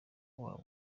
wabo